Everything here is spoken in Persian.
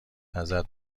ازت